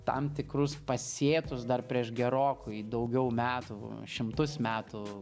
tam tikrus pasėtus dar prieš gerokai daugiau metų šimtus metų